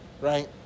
Right